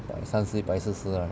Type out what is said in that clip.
一百三十一百四十 right